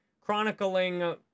chronicling